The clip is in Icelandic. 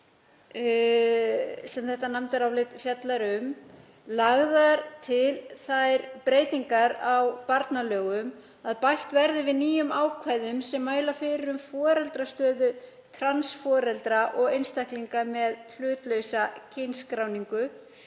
þá eru með því frumvarpi lagðar til þær breytingar á barnalögum að bætt verði við nýjum ákvæðum sem mæla fyrir um foreldrastöðu trans foreldra og einstaklinga með hlutlausa kynskráningu.